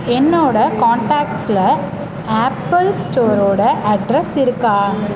என்னோட கான்டாக்ட்ஸில் ஆப்பிள் ஸ்டோரோட அட்ரெஸ் இருக்கா